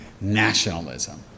nationalism